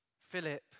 Philip